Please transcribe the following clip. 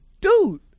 dude